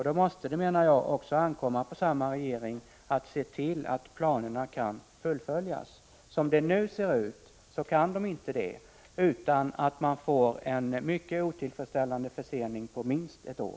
Då måste det, menar jag, också ankomma på samma regering att se till att planerna kan fullföljas. Som det nu ser ut kan man inte fullfölja den utan en mycket otillfredsställande försening på minst ett år.